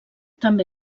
també